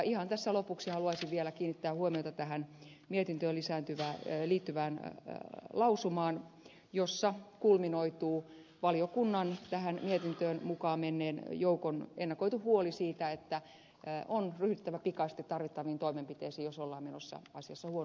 ihan tässä lopuksi haluaisin vielä kiinnittää huomiota tähän mietintöön liittyvään lausumaan jossa kulminoituu valiokunnan tähän mietintöön mukaan menneen joukon ennakoitu huoli siitä että on ryhdyttävä pikaisesti tarvittaviin toimenpiteisiin jos ollaan menossa asiassa huonoon suuntaan